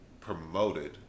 promoted